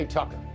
Tucker